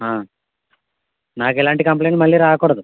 నాకు ఇలాంటి కంప్లయింట్ మళ్లీ రాకూడదు